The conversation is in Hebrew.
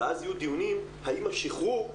ואז יהיו דיונים האם השחרור,